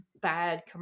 bad